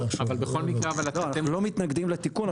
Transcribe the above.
אבל בכל מקרה אתם --- אנחנו לא מתנגדים לתיקון,